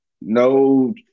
no